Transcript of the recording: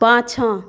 पाछाँ